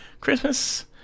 Christmas